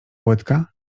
łydka